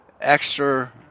extra